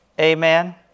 Amen